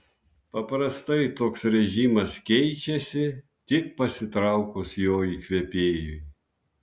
paprastai toks režimas keičiasi tik pasitraukus jo įkvėpėjui